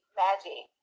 magic